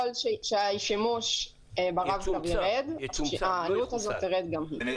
ככל שהשימוש בר-קו יירד העלות הזו תרד גם היא.